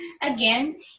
again